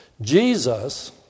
Jesus